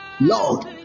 Lord